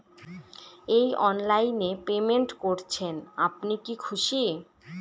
এই অনলাইন এ পেমেন্ট করছেন আপনি কি খুশি?